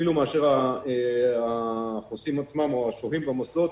אפילו יותר מאשר החוסים עצמם או השוהים במוסדות,